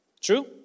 True